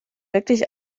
wirklich